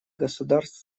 государств